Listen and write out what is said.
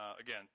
Again